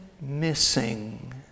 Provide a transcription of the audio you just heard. missing